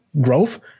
growth